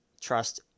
trust